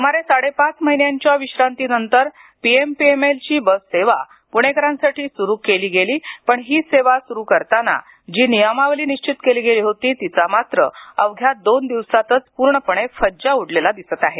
सुमारे साडेपाच महिन्यांच्या विश्रांतीनंतर पीएमपीएमएलची बस सेवा प्णेकरांसाठी सुरू केली गेली पण ही सेवा सुरू करताना जी नियमावली निश्चित केली गेली होती तिचा मात्र अवघ्या दोन दिवसातच पूर्णपणे फज्जा उडालेला दिसत आहे